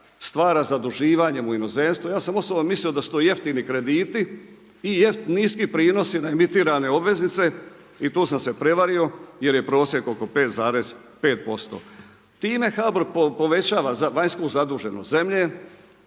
stvara zaduživanjem u inozemstvu. Ja sam osobno mislio da su to jeftini krediti i niski prinosi … obveznice i tu sam se prevario jer je prosjek oko 5,5%. Time HBOR povećava vanjsku zaduženost zemlje,